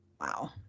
Wow